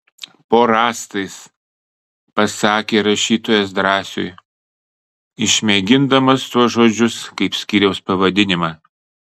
po rąstais pasakė rašytojas drąsiui išmėgindamas tuos žodžius kaip skyriaus pavadinimą